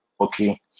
Okay